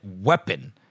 weapon